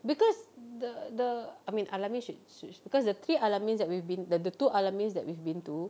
because the the I mean al-amin should should because the three al-amins that we've been the the two al-amins that we've been to